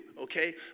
okay